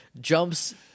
jumps